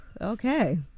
Okay